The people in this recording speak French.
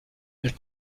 elle